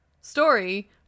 story